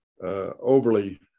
overly